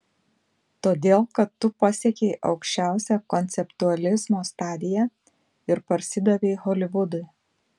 todėl kad tu pasiekei aukščiausią konceptualizmo stadiją ir parsidavei holivudui